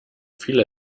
viele